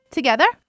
Together